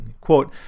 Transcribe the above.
quote